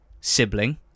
sibling